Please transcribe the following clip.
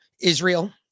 Israel